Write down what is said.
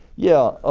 yeah.